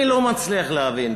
אני לא מצליח להבין,